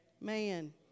Man